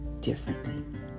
differently